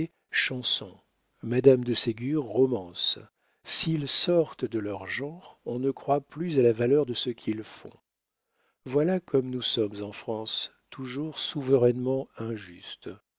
chanson m de ségur romance s'ils sortent de leur genre on ne croit plus à la valeur de ce qu'ils font voilà comme nous sommes en france toujours souverainement injustes